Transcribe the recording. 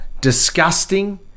disgusting